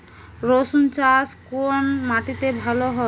রুসুন চাষ কোন মাটিতে ভালো হয়?